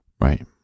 Right